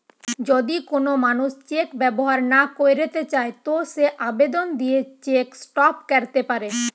যদি কোন মানুষ চেক ব্যবহার না কইরতে চায় তো সে আবেদন দিয়ে চেক স্টপ ক্যরতে পারে